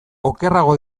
okerrago